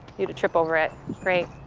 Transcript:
you to trip over it. great.